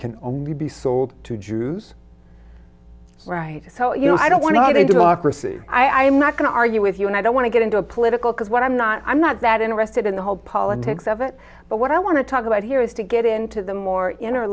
can only be sold to jews right so you know i don't want to have a democracy i'm not going to argue with you and i don't want to get into a political cause what i'm not i'm not that interested in the whole politics of it but what i want to talk about here is to get into the more inner